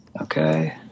Okay